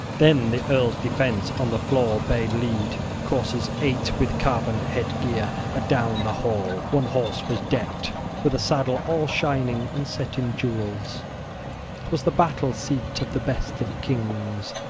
then the earls'-defence on the floor bade lead coursers eight, with carven head-gear, adown the hall one horse was decked with a saddle all shining and set in jewels twas the battle-seat of the best of kings,